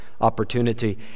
opportunity